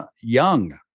Young